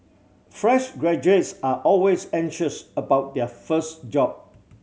fresh graduates are always anxious about their first job